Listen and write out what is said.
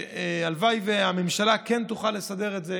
והלוואי שהממשלה כן תוכל לסדר את זה.